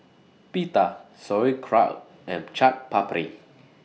Pita Sauerkraut and Chaat Papri